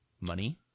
Money